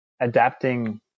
adapting